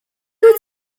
wyt